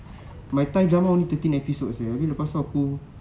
my thailand drama only thirteen episode sia habis lepas tu aku